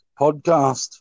podcast